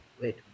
wait